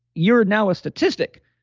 you're now a statistic.